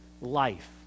life